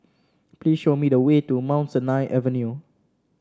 please show me the way to Mount Sinai Avenue